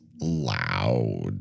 loud